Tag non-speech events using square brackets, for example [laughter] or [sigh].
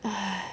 [breath]